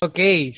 Okay